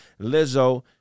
Lizzo